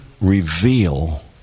reveal